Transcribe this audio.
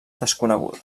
desconeguda